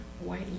white